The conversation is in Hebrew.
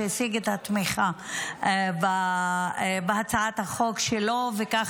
שהשיג את התמיכה בהצעת החוק שלו וכך